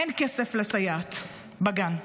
אין כסף לסייעת בגן,